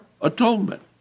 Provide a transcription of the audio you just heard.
atonement